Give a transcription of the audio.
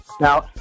Now